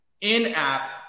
in-app